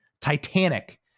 Titanic